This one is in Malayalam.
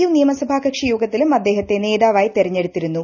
യു നിയമസഭാകക്ഷി യോഗത്തിലും അദ്ദേഹത്തെ നേതാവായി തെരഞ്ഞെടുത്തിരുന്നു